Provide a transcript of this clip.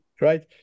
right